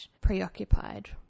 preoccupied